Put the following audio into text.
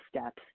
steps